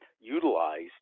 utilized